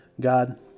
God